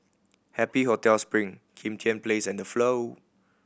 Happy Hotel Spring Kim Tian Place and The Flow